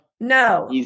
No